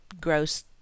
gross